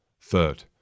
third